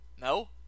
no